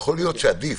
יכול להיות שעדיף